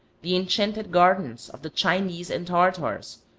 the enchanted gardens' of the chinese and tartars,